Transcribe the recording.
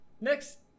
Next